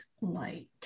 light